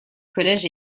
collège